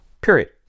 Period